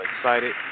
excited